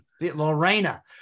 Lorena